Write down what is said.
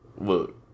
look